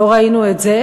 לא ראינו את זה